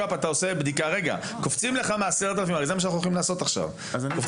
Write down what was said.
קופצים לך מה-10,000 - 100 איש.